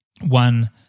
one